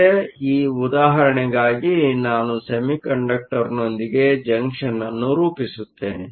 ಆದ್ದರಿಂದ ಈ ಉದಾಹರಣೆಗಾಗಿ ನಾನು ಸೆಮಿಕಂಡಕ್ಟರ್ನೊಂದಿಗೆ ಜಂಕ್ಷನ್ ಅನ್ನು ರೂಪಿಸುತ್ತೇನೆ